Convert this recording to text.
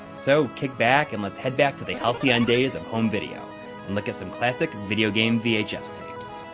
so kick back and let's head back to the halcyon days of home video and look some classic video game vhs tapes.